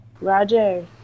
Roger